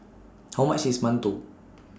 How much IS mantou